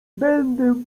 będę